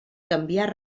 canviar